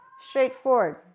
Straightforward